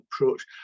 approach